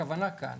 הכוונה כאן